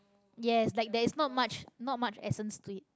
yes like there is not much not much essence to it